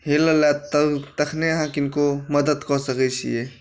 हेलल आयत तब तखनहि अहाँ किनको मदद कऽ सकैत छियै